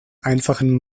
einfachem